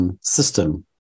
system